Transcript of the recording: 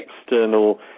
external